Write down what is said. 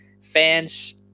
fans